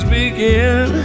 begin